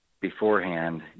beforehand